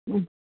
ഉം